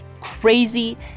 crazy